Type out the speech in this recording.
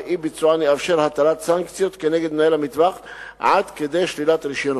ואי-ביצוען יאפשר הטלת סנקציות כנגד מנהל המטווח עד כדי שלילת רשיונו.